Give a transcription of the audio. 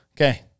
Okay